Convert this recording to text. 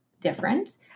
different